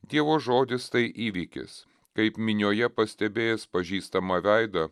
dievo žodis tai įvykis kaip minioje pastebėjęs pažįstamą veidą